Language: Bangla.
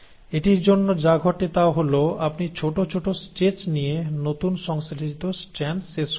এটির জন্য যা ঘটে তা হল আপনি ছোট ছোট স্ট্রেচ নিয়ে নতুন সংশ্লেষিত স্ট্র্যান্ড শেষ করেন